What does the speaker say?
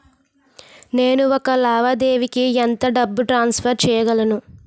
నేను ఒక లావాదేవీకి ఎంత డబ్బు ట్రాన్సఫర్ చేయగలను?